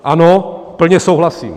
Ano, plně souhlasím.